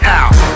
out